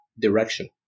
direction